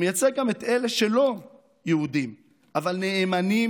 מייצג גם את אלה שלא יהודים אבל נאמנים